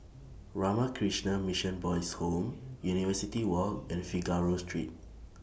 Ramakrishna Mission Boys' Home University Walk and Figaro Street